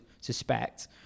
suspect